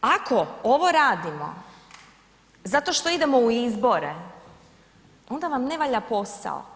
Ako ovo radimo zato što idemo u izbore, onda vam ne valja posao.